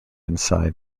inside